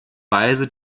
weise